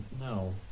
No